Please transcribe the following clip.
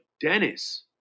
Dennis